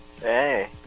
hey